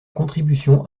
contribution